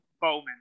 Bowman